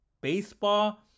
baseball